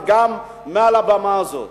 גם מעל הבמה הזאת,